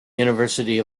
university